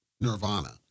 nirvana